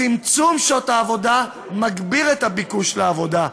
צמצום מספר שעות העבודה מגביר את הביקוש לעבודה,